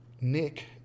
Nick